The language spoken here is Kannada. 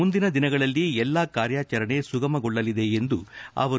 ಮುಂದಿನ ದಿನಗಳಲ್ಲಿ ಎಲ್ಲಾ ಕಾರ್ಯಚರಣೆ ಸುಗಮಗೊಳ್ಳಲಿವೆ ಎಂದರು